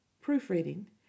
Proofreading